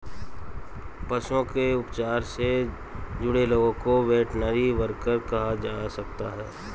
पशुओं के उपचार से जुड़े लोगों को वेटरनरी वर्कर कहा जा सकता है